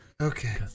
okay